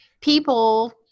people